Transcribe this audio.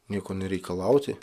nieko nereikalauti